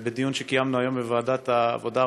בדיון שקיימנו היום בוועדת העבודה,